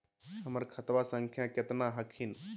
हमर खतवा संख्या केतना हखिन?